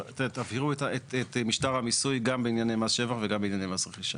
תבהירו את משטר המיסוי גם בענייני מס שבח וגם בענייני מס רכישה.